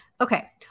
Okay